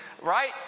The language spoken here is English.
right